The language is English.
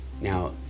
Now